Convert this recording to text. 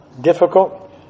difficult